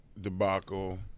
debacle